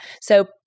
So-